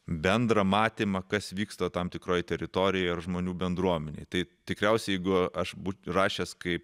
bendrą matymą kas vyksta tam tikroj teritorijoj ar žmonių bendruomenėj tai tikriausiai jeigu aš būt rašęs kaip